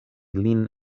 lin